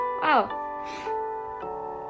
Wow